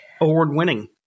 Award-winning